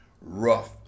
rough